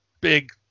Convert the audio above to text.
big